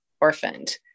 orphaned